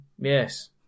Yes